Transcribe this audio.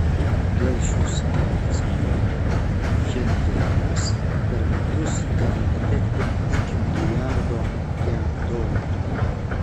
dėl šių sankcijų pchenjanas per metus gali netekti iki milijardo jav dolerių